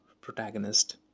Protagonist